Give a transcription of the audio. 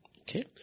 okay